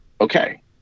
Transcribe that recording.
okay